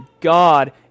God